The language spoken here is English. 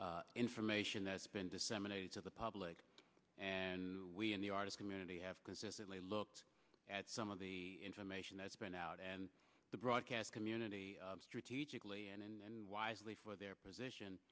of information that's been disseminated to the public and we in the artist community have consistently looked at some of the information that's been out and the broadcast community strategically and wisely for their position